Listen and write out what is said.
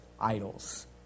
idols